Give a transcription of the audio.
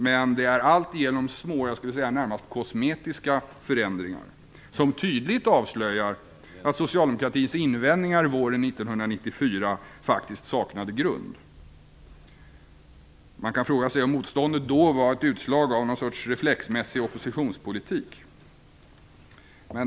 Men det är alltigenom små, närmast kosmetiska förändringar, vilket tydligt avslöjar att socialdemokratins invändningar våren 1994 faktiskt saknade grund. Man kan fråga sig om motståndet då var ett utslag av någon sorts reflexmässig oppositionspolitik.